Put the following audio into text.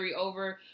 over